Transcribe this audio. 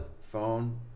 phone